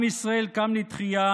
עם ישראל קם לתחייה